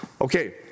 Okay